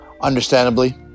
understandably